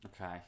okay